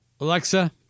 Alexa